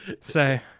say